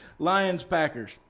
Lions-Packers